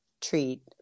treat